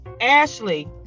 Ashley